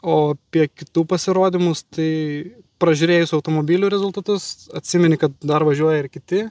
o apie kitų pasirodymus tai pražiūrėjus automobilių rezultatus atsimeni kad dar važiuoja ir kiti